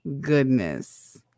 goodness